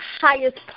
highest